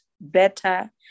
better